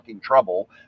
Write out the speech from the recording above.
trouble